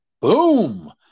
Boom